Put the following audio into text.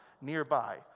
nearby